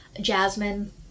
jasmine